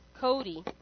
Cody